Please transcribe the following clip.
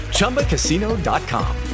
Chumbacasino.com